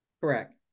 Correct